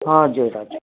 हजुर हजुर